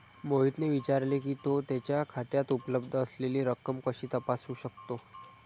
मोहितने विचारले की, तो त्याच्या खात्यात उपलब्ध असलेली रक्कम कशी तपासू शकतो?